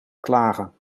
klagen